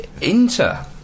Inter